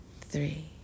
three